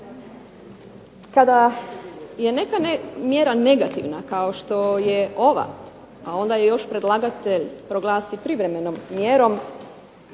Kada je neka mjera negativna kao što je ova, a onda je još predlagatelj proglasi privremenom mjerom